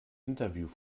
interview